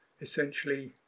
essentially